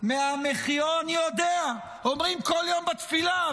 אני יודע, אומרים בכל יום בתפילה.